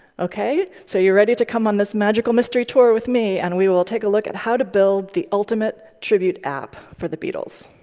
ok? so you're ready to come on this magical mystery tour with me, and we will take a look at how to build the ultimate tribute app for the beatles.